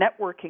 networking